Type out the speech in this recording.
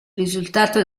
risultato